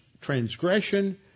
transgression